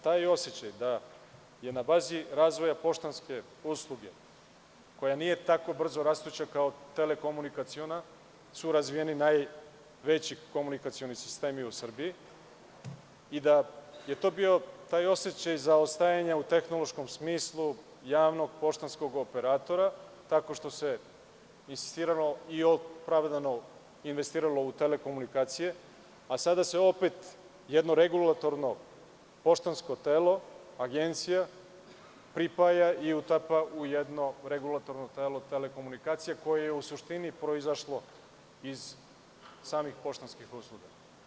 Taj osećaj da je na bazi razvoja poštanske usluge, koja nije tako brzo rastuća kao telekomunikaciona, su razvijeni najveći komunikacioni sistemi u Srbiji i da je to bio taj osećaj za ostajanje u tehnološkom smislu javnog poštanskog operatora, tako što se opravdano investiralo u telekomunikacije, a sada se opet jedno regulatorno poštansko telo, agencija, pripaja i utapa u jedno regulatorno telo komunikacija, koje je u suštini proizašlo iz samih poštanskih usluga.